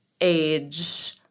age